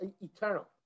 eternal